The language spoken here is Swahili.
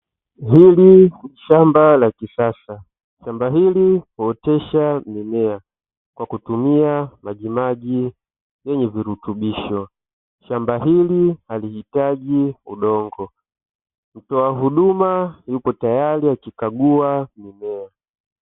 Hili ni shamba la kisasa, shamba hili huotesha mimea kwa kutumia majimaji yenye virutubisho, shamba hili halihitaji udongo. Mtoa huduma yupo tayari akikagua mimea.